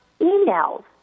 emails